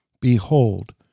Behold